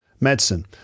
Medicine